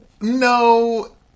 No